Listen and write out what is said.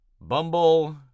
Bumble